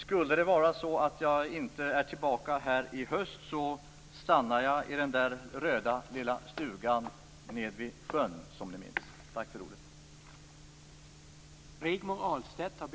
Skulle det vara så att jag inte är tillbaka i höst stannar jag i den röda lilla stugan nere vid sjön, som ni minns. Tack för ordet!